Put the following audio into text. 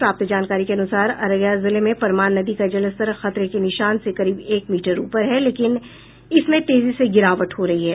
प्राप्त जानकारी के अनुसार अररिया जिले मे परमान नदी का जलस्तर खतरे के निशान से करीब एक मीटर ऊपर है लेकिन इसमें तेजी से गिरावट हो रही है